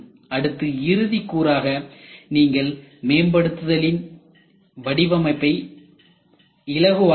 அடுத்து இறுதி கூறாக நீங்கள் மேம்படுத்துதல் இன் வடிவமைப்பை இலகுவாக்க வேண்டும்